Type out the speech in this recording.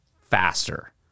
faster